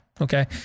Okay